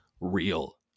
real